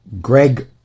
Greg